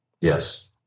Yes